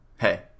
hey